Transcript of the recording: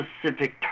specific